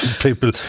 People